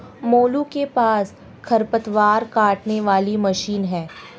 मोलू के पास खरपतवार काटने वाली मशीन है